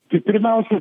tai pirmiausia